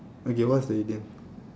okay what's the idiom